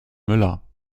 müller